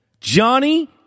Johnny